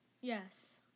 Yes